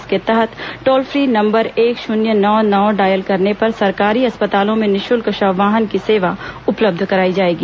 इसके तहत toll free number एक शुन्य नौ नौ डॉयल करने पर सरकारी अस्पतालों में निःशुल्क शव वाहन की सेवा उपलब्ध कराई जाएगी